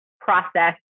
process